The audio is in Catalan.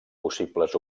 possibles